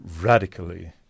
radically